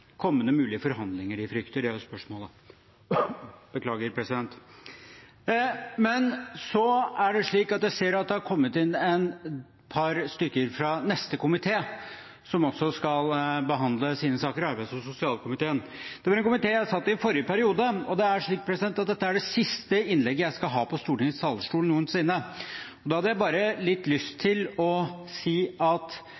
kommende mulige forhandlinger de frykter? Det er jo spørsmålet. Jeg ser at det har kommet inn et par stykker fra neste komité, som også skal behandle sine saker i dag, arbeids- og sosialkomiteen. Det er en komité jeg satt i i forrige periode. Dette er det siste innlegget jeg skal ha på Stortingets talerstol noensinne. Da har jeg